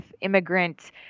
immigrant